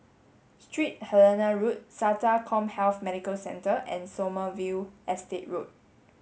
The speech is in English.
Street Helena Road SATA CommHealth Medical Centre and Sommerville Estate Road